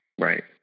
Right